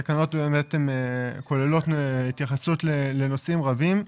התקנות כוללות התייחסות לנושאים רבים.